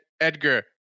edgar